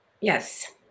yes